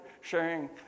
sharing